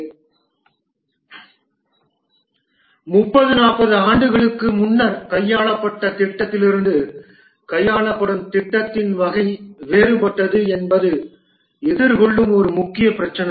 30 40 ஆண்டுகளுக்கு முன்னர் கையாளப்பட்ட திட்டங்களிலிருந்து கையாளப்படும் திட்டத்தின் வகை வேறுபட்டது என்பது எதிர்கொள்ளும் ஒரு முக்கிய பிரச்சினை